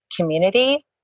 community